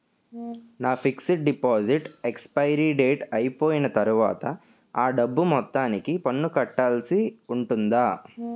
నా fixed deposit expiry date అయిపోయిన తర్వాత అ డబ్బు మొత్తానికి పన్ను కట్టాల్సి ఉంటుందా?